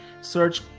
search